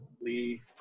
Lee